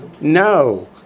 No